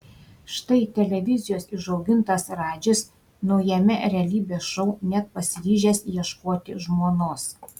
štai televizijos išaugintas radžis naujame realybės šou net pasiryžęs ieškoti žmonos